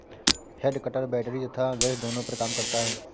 head cutter battery तथा gas दोनों पर काम करता है